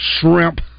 shrimp